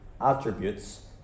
attributes